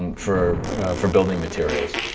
and for for building materials.